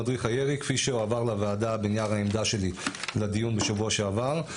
מדריך הירי כפי שהועבר לוועדה בנייר העמדה שלי לדיון בשבוע שעבר.